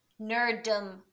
nerddom